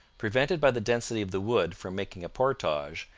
prevented by the density of the wood from making a portage,